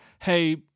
Hey